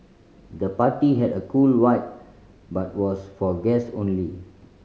the party had a cool vibe but was for guests only